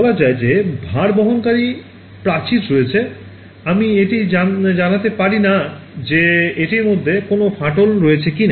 বলা যায় যে ভার বহনকারী প্রাচীর রয়েছে আমি এটি জানাতে পারি না যে এটির মধ্যে কোনও ফাটল রয়েছে কি না